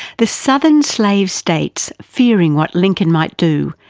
the southern slave states, fearing what lincoln might do,